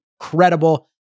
incredible